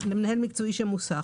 למנהל מקצועי של מוסך